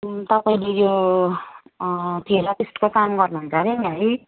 तपाईँले यो थेरापिस्टको काम गर्नुहुन्छ अरे नि है